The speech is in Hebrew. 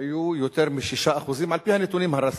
היתה יותר מ-6% על-פי הנתונים הרשמיים.